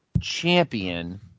champion